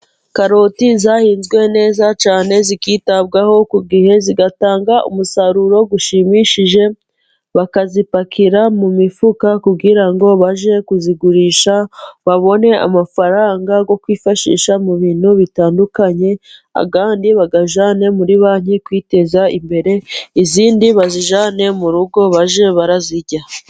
Karoti zahinzwe neza cyane zikitabwaho ku gihe, zigatanga umusaruro ushimishije bakazipakira mu mifuka kugira ngo bajye kuzigurisha, babone amafaranga yo kwifashisha mu bintu bitandukanye, ayandi bayajyane muri banki kwiteza imbere, izindi bazijyane mu rugo bajye bazirya.